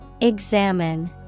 Examine